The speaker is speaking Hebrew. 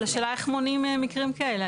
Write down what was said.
אבל השאלה איך מונעים מקרים כאלה,